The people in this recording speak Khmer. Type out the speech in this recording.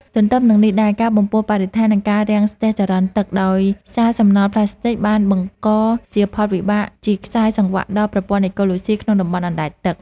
ទន្ទឹមនឹងនេះដែរ ការបំពុលបរិស្ថាន និងការរាំងស្ទះចរន្តទឹក ដោយសារសំណល់ផ្លាស្ទិក បានបង្កជាផលវិបាកជាខ្សែសង្វាក់ដល់ប្រព័ន្ធអេកូឡូស៊ីក្នុងតំបន់អណ្ដែតទឹក។